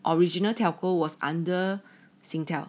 original telco was under Singtel